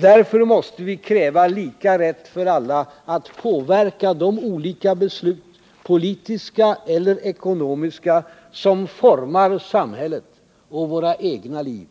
Därför måste vi kräva lika rätt för alla att påverka de olika beslut — politiska eller ekonomiska — som formar samhället och våra egna liv.